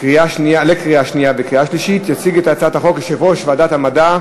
אושרה בקריאה שנייה ושלישית ותיכנס לספר החוקים של מדינת ישראל.